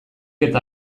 eta